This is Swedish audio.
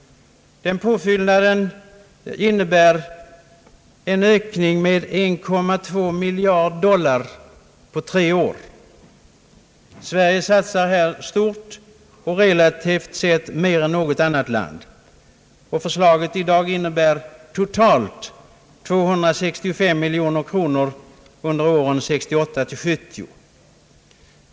Den påfyllnaden innebär 1,2 miljard dollar på tre år. Sverige satsar här stort och relativt sett mer än något annat land. Förslaget i dag innebär totalt 265 miljoner kronor under åren 1968—1970.